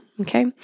Okay